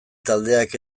taldeak